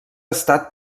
estat